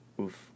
Oof